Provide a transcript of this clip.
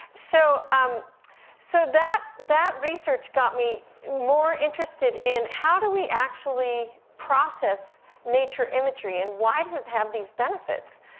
so um so that that research got me more interested in how do we actually process nature imagery, and why does it have these benefits?